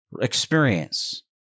experience